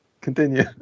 Continue